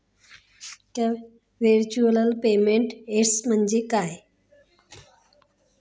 Virtual payment address म्हणजे काय?